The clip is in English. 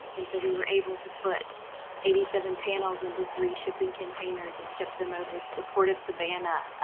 and so we were able to put eighty seven panels into three shipping containers and ship them over to the port of savannah,